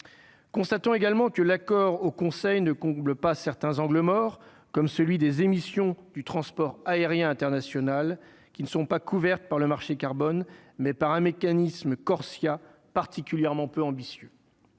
constatons également que l'accord au Conseil ne comble pas certains angles morts comme celui des émissions du transport aérien international qui ne sont pas couvertes par le marché carbone mais par un mécanisme Corcia particulièrement peu ambitieux,